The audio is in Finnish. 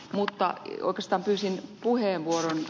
mutta oikeastaan pyysin puheenvuoron ed